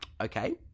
okay